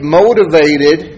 motivated